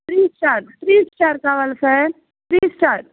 three star three star కావాలి sir three star